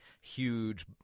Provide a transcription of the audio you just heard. huge